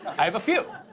i have a few,